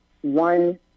one